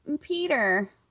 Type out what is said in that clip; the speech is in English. Peter